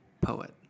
poet